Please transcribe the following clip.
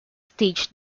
stage